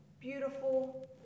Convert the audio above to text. beautiful